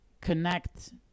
connect